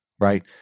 right